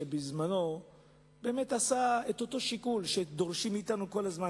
שבזמנו עשה את אותו שיקול שדורשים מאתנו כל הזמן,